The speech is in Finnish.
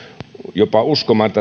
jopa uskomaan